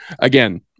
again